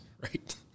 Right